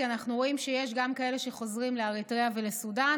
כי אנחנו רואים שיש גם כאלה שחוזרים לאריתריאה ולסודאן,